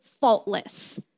faultless